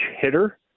hitter